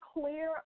clear